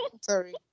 Sorry